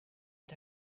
had